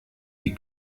die